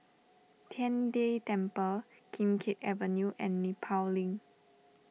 Tian De Temple Kim Keat Avenue and Nepal Link